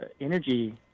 energy